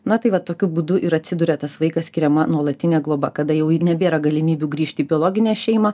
na tai va tokiu būdu ir atsiduria tas vaikas skiriama nuolatinė globa kada jau nebėra galimybių grįžti į biologinę šeimą